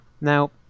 Now